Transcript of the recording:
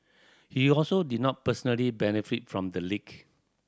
he also did not personally benefit from the leak